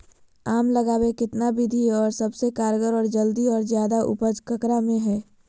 आम लगावे कितना विधि है, और सबसे कारगर और जल्दी और ज्यादा उपज ककरा में है?